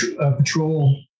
patrol